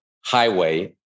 highway